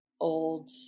Old